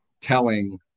telling